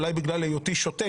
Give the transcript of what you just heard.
אולי בגלל היותי שוטה